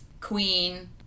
Queen